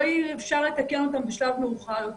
יהיה אפשר לתקן אותן בשלב מאוחר יותר.